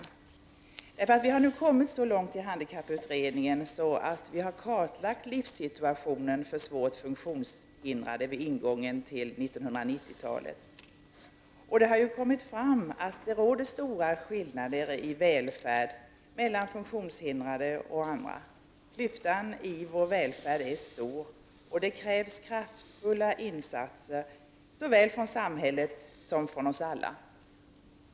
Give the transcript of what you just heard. I handikapputredningen har vi nu kommit så långt att vi vid ingången till 1990-talet har kartlagt livssituationen för svårt funktionshindrade. Det har framgått att det råder stora skillnader i välfärd mellan funktionshindrade och andra. Klyftan i vår välfärd är stor, och det krävs kraftfulla insatser såväl från samhället som från oss alla.